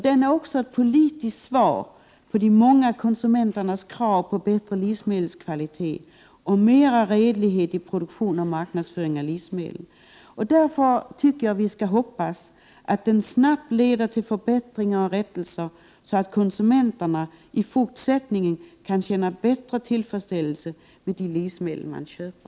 Den är ett politiskt svar på de många konsumenternas krav på bättre livsmedelskvalitet och mera redlighet i produktion och marknadsföring av livsmedel. Låt oss hoppas att den snabbt leder till förbättringar och rättelser, så att konsumenterna i fortsättningen kan känna större tillfredsställelse med de livsmedel de köper.